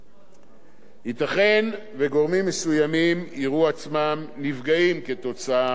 ייתכן שגורמים מסוימים יראו עצמם נפגעים כתוצאה מהסדרים אלה,